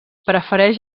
prefereix